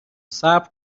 صبر